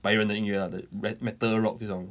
白人的音乐 lah the met~ metal rock 这种